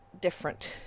different